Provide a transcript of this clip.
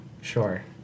Sure